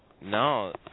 No